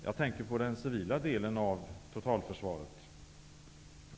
Jag tänker på den civila delen av totalförsvaret.